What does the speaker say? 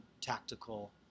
tactical